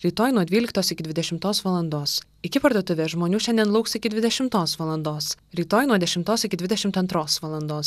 rytoj nuo dvyliktos iki dvidešimtos valandos iki parduotuvės žmonių šiandien lauks iki dvidešimtos valandos rytoj nuo dešimtos iki dvidešimt antros valandos